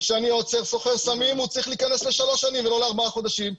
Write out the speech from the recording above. שאני עוצר סוחר סמים הוא צריך להיכנס לשלוש שנים ולא לארבעה חודשים.